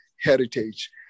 heritage